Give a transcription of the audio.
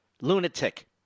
lunatic